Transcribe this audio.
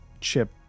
Chip